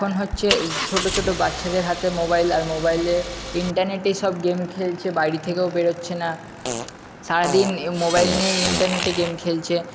এখন হচ্ছে ছোটো ছোটো বাচ্চাদের হাতে মোবাইল আর মোবাইলে ইন্টারনেটেই সব গেম খেলছে বাড়ি থেকেও বেরচ্ছে না সারা দিন মোবাইল নিয়ে ইন্টারনেটে গেম খেলছে